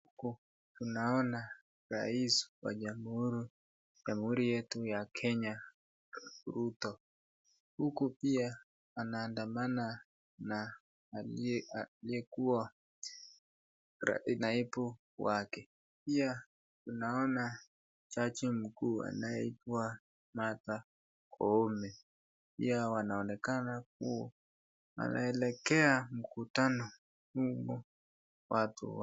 Huku ninaona rais wa jamuhuri yetu ya kenya ruto huku pia anahandamana na aliyekuwa naibu yake pia naona jaji mkuu anayeitwa Martha koome pia yanaoneka kuwa wanaelekea mkutano huku.